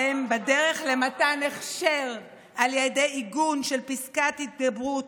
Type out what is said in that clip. אתם בדרך למתן הכשר על ידי עיגון של פסקת התגברות